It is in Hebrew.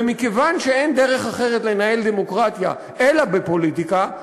ומכיוון שאין דרך אחרת לנהל דמוקרטיה אלא בפוליטיקה,